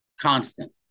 constant